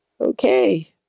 Okay